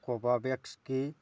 ꯀꯣꯕꯥꯚꯦꯛꯁꯀꯤ